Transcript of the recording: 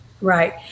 Right